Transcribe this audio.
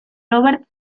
robert